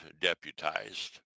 deputized